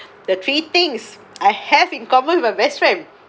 the three things I have in common with my best friend